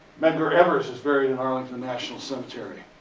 medgar evers is buried in arlington national cemetery.